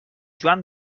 joan